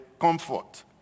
comfort